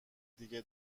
دیگه